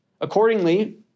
Accordingly